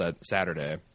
Saturday